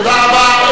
תודה רבה.